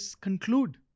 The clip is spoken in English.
conclude